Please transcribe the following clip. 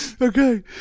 okay